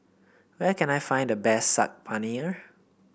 where can I find the best Saag Paneer